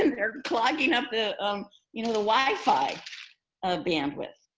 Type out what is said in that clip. um they're clogging up the um you know the wi-fi ah bandwidth.